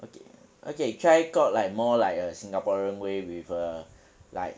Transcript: okay okay try talk like more like a singaporean way with a like